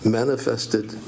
manifested